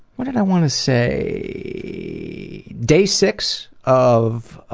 what did i want to say? day six of.